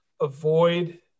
avoid